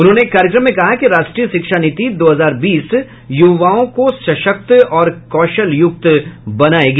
उन्होंने एक कार्यक्रम में कहा कि राष्ट्रीय शिक्षा नीति दो हजार बीस युवाओं को सशक्त और कौशलयुक्त करेगी